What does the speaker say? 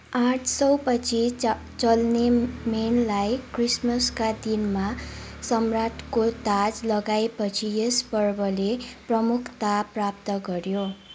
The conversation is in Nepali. आठ सौ पछि च चार्लेमेनलाई क्रिसमसका दिनमा सम्राटको ताज लगाइएपछि यस पर्वले प्रमुखता प्राप्त गऱ्यो